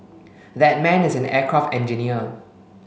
that man is an aircraft engineer